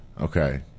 Okay